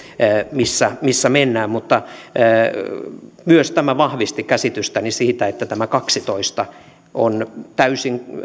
missä missä mennään mutta tämä myös vahvisti käsitystäni siitä että tämä kaksitoista on täysin